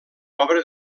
obra